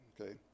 okay